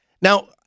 Now